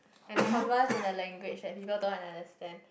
and converse in a language that people don't understand